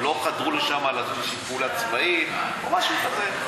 הם לא חדרו לשם כי עשו פעולה צבאית או משהו כזה,